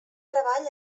treball